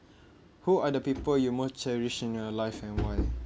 who are the people you most cherish in your life and why